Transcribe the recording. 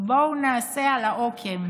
בואו נעשה על העוקם.